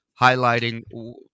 highlighting